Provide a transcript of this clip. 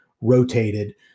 rotated